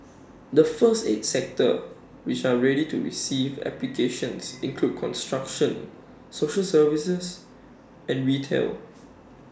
the first eight sectors which are ready to receive applications include construction social services and retail